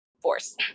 force